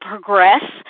progress